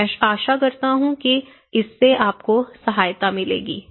मैं आशा करता हूं कि इससे आपको सहायता मिलेगी